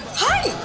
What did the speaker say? hi!